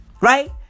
Right